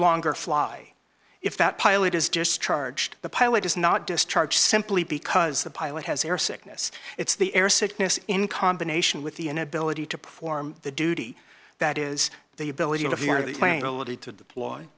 longer fly if that pilot is just charged the pilot does not discharge simply because the pilot has air sickness it's the air sickness in combination with the inability to perform the duty that is the ability